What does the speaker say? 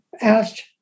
asked